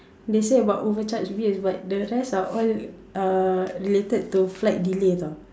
they say about over charge yes but the rest are all uh related to flight delays ah